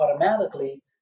automatically